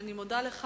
אני מודה לך.